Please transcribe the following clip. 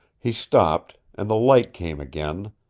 he stopped, and the light came again,